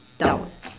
down